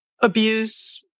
abuse